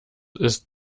ist